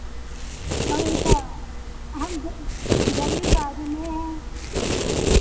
और क्या हम ग़रीब आदमी हैं